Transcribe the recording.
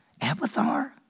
Abathar